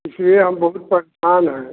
इसलिए हम बहुत परेशान हैं